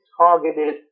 targeted